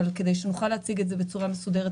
אבל כדי שנוכל להציג את זה בצורה מסודרת,